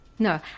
No